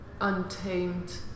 untamed